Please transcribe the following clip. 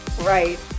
Right